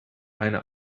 eine